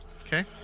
Okay